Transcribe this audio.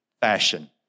fashion